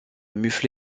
mufle